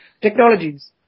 technologies